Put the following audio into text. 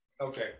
Okay